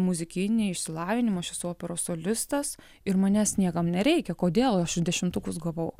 muzikinį išsilavinimą aš esu operos solistas ir manęs niekam nereikia kodėl aš dešimtukus gavau